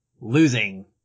losing